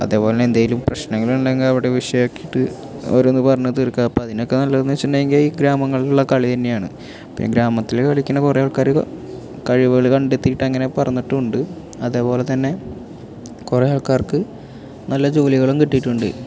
അതേപോലെ തന്നെ എന്തെങ്കിലും പ്രശ്നങ്ങളുണ്ടെങ്കിൽ അവിടെ വിഷയമാക്കിയിട്ട് ഓരോന്ന് പറഞ്ഞ് തീർക്കാം അപ്പം അതിനൊക്കെ നല്ലതെന്ന് വച്ചിട്ടുണ്ടെങ്കിൽ ഗ്രാമങ്ങളിലുള്ള കളി തന്നെയാണ് പിന്നെ ഗ്രാമത്തിൽ കളിക്കുന്ന കുറേ ആൾക്കാർ കഴിവുകൾ കണ്ടെത്തിയിട്ടങ്ങനെ പറന്നിട്ടുണ്ട് അതേപോലെ തന്നെ കുറേ ആൾക്കാർക്ക് നല്ല ജോലികളും കിട്ടിയിട്ടുണ്ട്